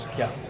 yeah,